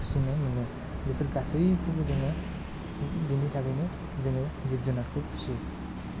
फिसिनो मोनो बेफोर गासैखौबो जोङो बेनि थाखायनो जोङो जिब जुनारखौ फिसियो